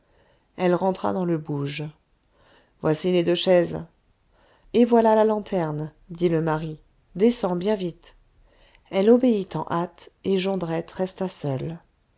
elle rentra dans le bouge voici les deux chaises et voilà la lanterne dit le mari descends bien vite elle obéit en hâte et jondrette resta seul